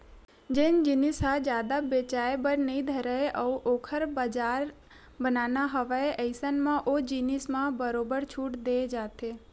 जउन जिनिस ह जादा बेचाये बर नइ धरय अउ ओखर बजार बनाना हवय अइसन म ओ जिनिस म बरोबर छूट देय जाथे